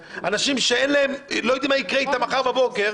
אנשים שלא יודעים מה יקרה אתם מחר בבוקר,